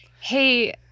hey